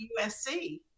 USC